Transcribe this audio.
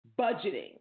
budgeting